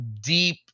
Deep